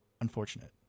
unfortunate